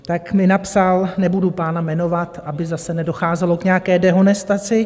Tak mi napsal nebudu pána jmenovat, aby zase nedocházelo k nějaké dehonestaci: